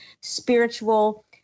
Spiritual